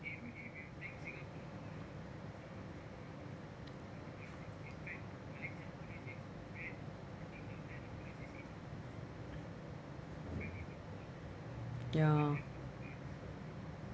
ya